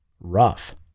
Rough